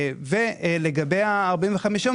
לגבי 45 הימים,